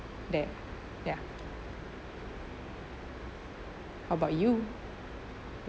that ya how about you